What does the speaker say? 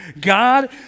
God